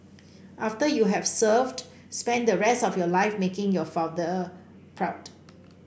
after you have served spend the rest of your life making your father proud